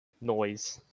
noise